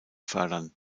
fördern